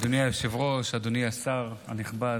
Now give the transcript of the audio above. אדוני היושב-ראש, אדוני השר הנכבד,